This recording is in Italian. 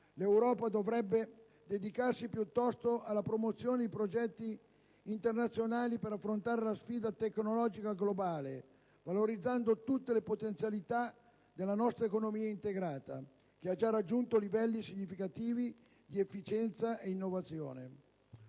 L'Europa dovrebbe dedicarsi piuttosto alla promozione di progetti internazionali per affrontare la sfida tecnologica globale valorizzando tutte le potenzialità della nostra economia integrata, che ha già raggiunto livelli significativi di efficienza e innovazione.